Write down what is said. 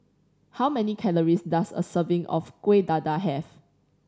how many calories does a serving of Kueh Dadar have